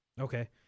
Okay